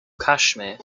kashmir